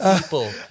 people